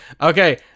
Okay